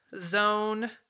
zone